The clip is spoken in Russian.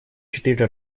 четыре